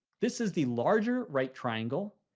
this is the larger right triangle,